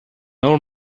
old